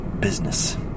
business